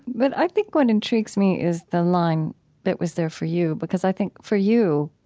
but i think what intrigues me is the line that was there for you because i think, for you,